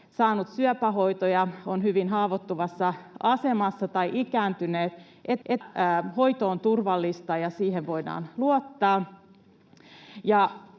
saanut syöpähoitoja, on hyvin haavoittuvassa asemassa tai ikääntynyt, että hoito on turvallista ja siihen voidaan luottaa.